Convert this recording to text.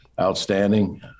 outstanding